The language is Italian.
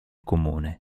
comune